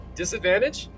disadvantage